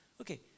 Okay